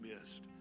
missed